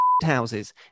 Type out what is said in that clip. Houses